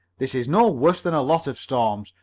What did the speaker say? this is no worse than lots of storms.